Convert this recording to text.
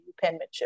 penmanship